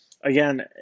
Again